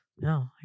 No